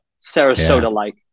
Sarasota-like